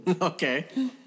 Okay